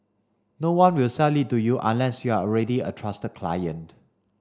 no one will sell it to you unless you're already a trusted client